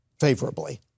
favorably